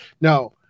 Now